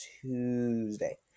Tuesday